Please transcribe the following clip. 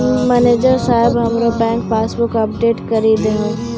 manager साहेब हमरो bank passbook update करि दहो